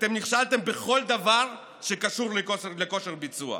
אתם נכשלתם בכל דבר שקשור לכושר ביצוע.